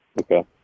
Okay